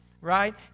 Right